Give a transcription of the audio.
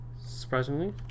Surprisingly